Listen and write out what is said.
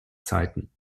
zeiten